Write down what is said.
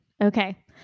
Okay